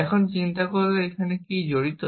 এখন চিন্তা করলে এখানে কী জড়িত